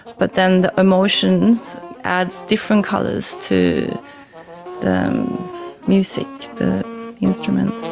but then the emotion adds different colours to the music, the instruments.